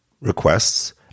requests